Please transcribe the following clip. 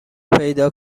پیدا